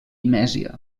mèsia